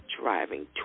driving